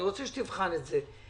אני רוצה שתבחן את זה.